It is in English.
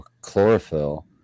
Chlorophyll